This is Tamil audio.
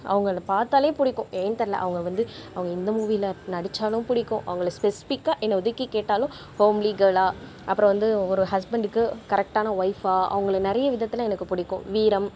அவங்கள பார்த்தலே பிடிக்கும் ஏன் தெரில அவங்க வந்து அவங்க எந்த மூவியில் நடிச்சாலும் பிடிக்கும் அவங்கள ஸ்பெசிஃபிக்காக என்ன ஒதுக்கி கேட்டாலும் ஹோம்லி கேர்ளாக அப்பறம் வந்து ஒரு ஹஸ்பண்டுக்கு கரக்டான வொய்ஃபாக அவங்களை நிறைய விதத்தில் எனக்கு பிடிக்கும் வீரம்